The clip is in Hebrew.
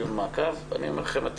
אני אומר לכם,